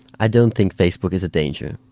i don't think facebook is a danger.